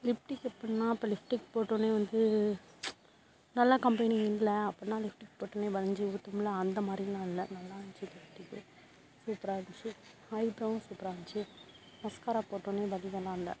lipstick எப்பிடின்னா இப்போ lipstick போட்டோன்னே வந்து நல்ல கம்பெனி இல்லை அப்பிடின்னா லிப்டிக் போட்டோன்னே வழிஞ்சி ஊற்றும்ல அந்த மாதிரிலாம் இல்லை நல்லாயிருந்துச்சி லிப்டிக்கு சூப்பராக இருந்துச்சு ஐப்ரோவும் சூப்பராக இருந்துச்சு மஸ்காரா போட்டோடனே வழியலாம் இல்லை